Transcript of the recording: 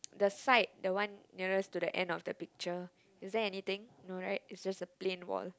the side the one nearest to the end of the picture is there anything no right it's just a plain wall